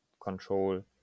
control